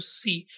see